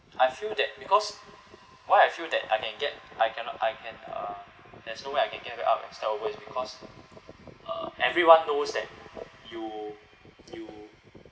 I feel that because why I feel that I can get I cannot I can uh there's no way I can get back up and start over is because uh everyone knows that you you